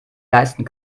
leisten